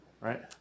Right